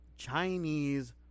Chinese